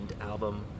album